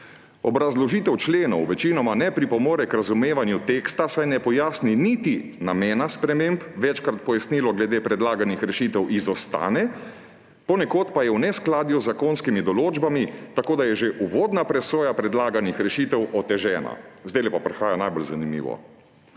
»Obrazložitev členov večinoma ne pripomore k razumevanju teksta, saj ne pojasni niti namena sprememb, večkrat pojasnilo glede predlaganih rešitev izostane, ponekod pa je v neskladju z zakonskimi določbami, tako da je že uvodna presoja predlaganih rešitev otežena.« Zdajle pa prihaja najbolj zanimivo: